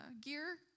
gear